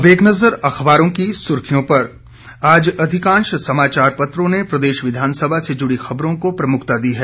अब एक नजर अखबारों की सुर्खियों पर आज अधिकांश समाचार पत्रों ने प्रदेश विधानसभा से जुड़ी खबरों को प्रमुखता दी है